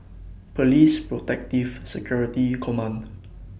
Police Protective Security Command